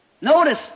Notice